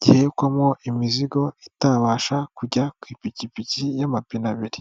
gihehekwamo imizigo itabasha kujya ku ipikipiki y'amapine abiri.